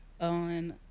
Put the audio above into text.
on